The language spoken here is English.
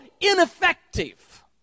ineffective